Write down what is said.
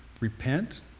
repent